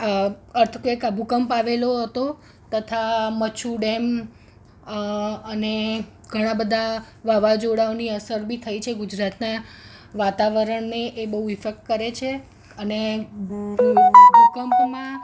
earthquake આ ભૂકંપ આવેલો હતો તથા મચ્છુ ડેમ અને ઘણા બધા વાવાઝોડાઓની અસર બી થઈ છે ગુજરાતના વાતાવરણને એ બહુ ઇફેક્ટ કરે છે અને ભૂકંપમાં